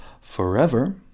forever